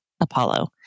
Apollo